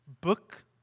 book